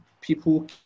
people